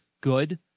good